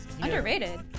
Underrated